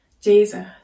Jesus